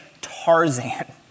Tarzan